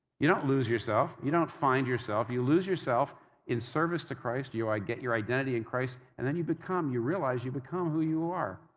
you don't lose yourself, you don't find yourself. you lose yourself in service to christ, you get your identity in christ, and then, you become, you realize, you become who you are,